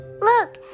Look